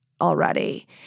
already